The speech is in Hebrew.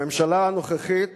הממשלה הנוכחית